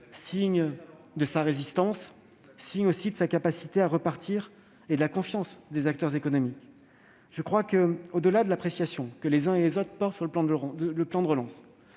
signe de sa résistance, de sa capacité à repartir et de la confiance des acteurs économiques. Au-delà de l'appréciation des uns et des autres sur le plan de relance,